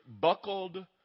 buckled